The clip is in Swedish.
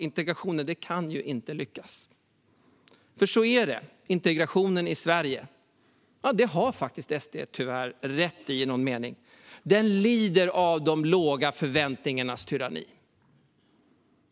Integrationen kan ju inte lyckas. Så är det. SD har tyvärr rätt i någon mening. Integrationen i Sverige lider av de låga förväntningarnas tyranni.